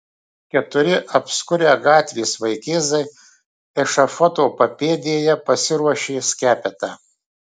keturi apskurę gatvės vaikėzai ešafoto papėdėje pasiruošė skepetą